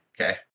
Okay